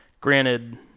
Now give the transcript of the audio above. Granted